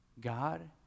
God